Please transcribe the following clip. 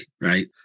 right